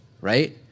right